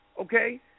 okay